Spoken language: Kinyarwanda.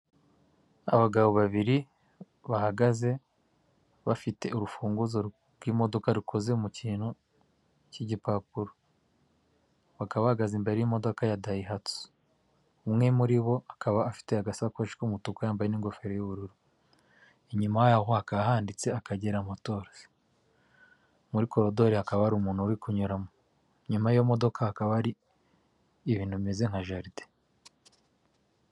Abagabo babiri bahagaze bafite urufunguzo rw'imodoka rukoze mu kintu cy'igipapuro bakaba bahagaze imbere y'imodoka ya dayihastu umwe muri bo akaba afite agasakoshi k'umutuku yambaye n'ingofero y'ubururu inyuma yaho hakaba handitse akagera motor, muri korodori hakaba umuntu uri kunyuramo nyuma yiyo modoka hakaba hari ibintumeze nka jaride.